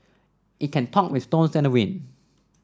it can talk with stones and wind